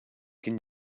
can